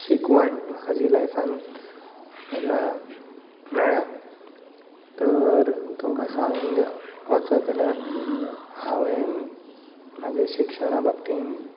शिकवण म्हाका जी लायफांत म्हज्या मेळ्ळ्या तर तुमकां सागूंक वचत जाल्यार हांवेन म्हाजे शिक्षणा बाबतींत